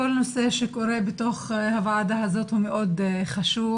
כל נושא שקורה בתוך הוועדה הזאת הוא מאוד חשוב,